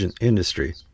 industry